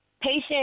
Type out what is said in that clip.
patient